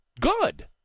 Good